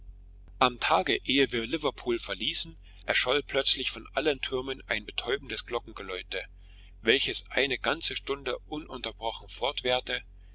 am tage ehe wir liverpool verließen erscholl plötzlich von allen türmen ein betäubendes glockengeläute welches eine ganze stunde ununterbrochen